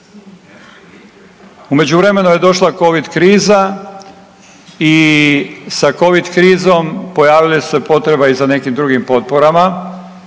U međuvremenu je došla covid kriza i sa covid krizom pojavila se potreba i za nekim drugim potporama,